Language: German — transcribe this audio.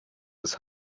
des